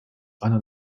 einer